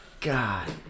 God